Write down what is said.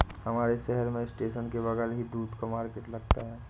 हमारे शहर में स्टेशन के बगल ही दूध का मार्केट लगता है